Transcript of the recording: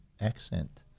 accent